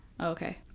Okay